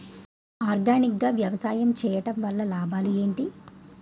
Organic గా వ్యవసాయం చేయడం వల్ల లాభాలు ఏంటి?